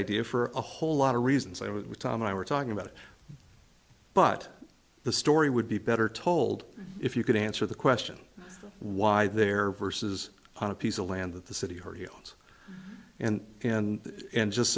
idea for a whole lot of reasons i would tom and i were talking about it but the story would be better told if you could answer the question why there are verses on a piece of land that the city her heels and and and just